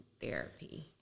therapy